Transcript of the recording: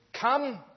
come